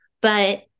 but-